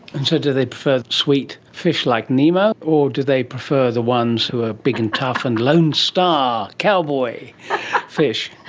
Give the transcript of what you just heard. and so do they prefer sweet fish like nemo, or do they prefer the ones who are big and tough and lone star cowboy fish?